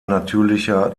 natürlicher